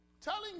Telling